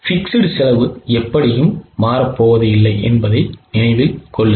Fixed செலவு எப்படியும் மாறப்போவது இல்லை என்பதை நினைவில் கொள்ளுங்கள்